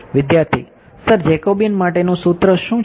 વિદ્યાર્થી sir Jacobian માટેનું સૂત્ર શું છે